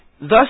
Thus